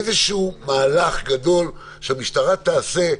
איזשהו מהלך גדול שהמשטרה תעשה,